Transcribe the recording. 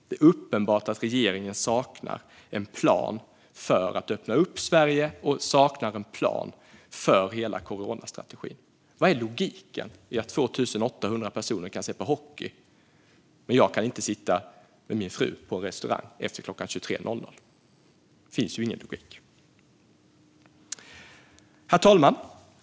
Det är uppenbart att regeringen saknar en plan för att öppna upp Sverige och att de saknar en plan för hela coronastrategin. Vad är logiken i att 2 800 personer kan se på ishockey men att jag inte kan sitta med min fru på en restaurang efter klockan 23.00? Det finns ingen logik. Herr talman!